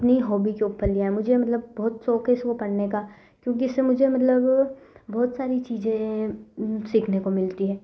अपनी हॉबी के ऊपर लिया है मुझे मतलब बहुत शौक़ है इसे पढ़ने का क्योंकि इससे मुझे मतलब बहुत सारी चीज़ें सीखने को मिलती हैं